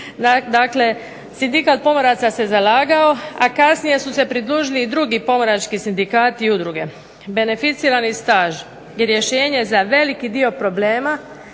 Dakle, Sindikat pomoraca se zalagao, a kasnije su se pridružili i drugi pomorački sindikati i udruge. Beneficirani staž i rješenje za veliki dio problema